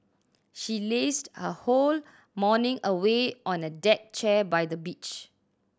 she lazed her whole morning away on a deck chair by the beach